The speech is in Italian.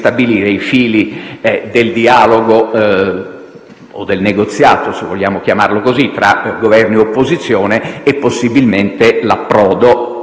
i fili del dialogo - o del negoziato, se vogliamo chiamarlo così - tra Governo e opposizione e, possibilmente - quanto